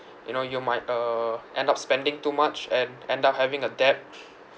you know you might uh end up spending too much and end up having a debt